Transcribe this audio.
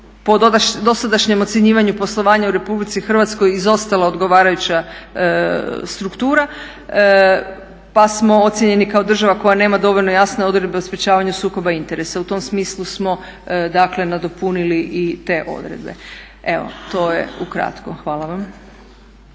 po dosadašnjem ocjenjivanju poslovanja u RH izostala odgovarajuća struktura pa smo ocijenjeni kao država koja nema dovoljno jasne odredbe o sprečavanju sukoba interesa u tom smislu smo nadopunili i te odredbe. Evo to je ukratko. Hvala vam.